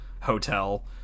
Hotel